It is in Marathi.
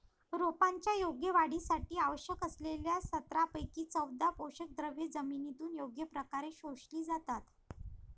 रोपांच्या योग्य वाढीसाठी आवश्यक असलेल्या सतरापैकी चौदा पोषकद्रव्ये जमिनीतून योग्य प्रकारे शोषली जातात